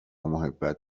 محبت